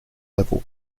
level